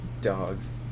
dogs